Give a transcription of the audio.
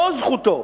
לא זכותו,